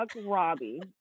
Robbie